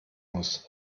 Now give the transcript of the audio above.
muss